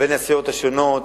בין הסיעות השונות.